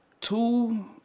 two